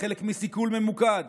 כחלק מסיכול ממוקד